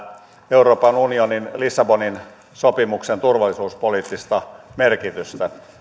euroopan unionin lissabonin sopimuksen turvallisuuspoliittista merkitystä